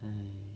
!hais!